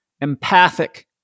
Empathic